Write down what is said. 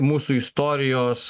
mūsų istorijos